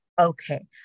Okay